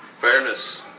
fairness